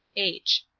h.